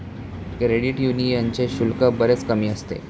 credit यूनियनचे शुल्क बरेच कमी असते